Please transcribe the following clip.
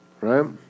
Right